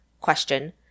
question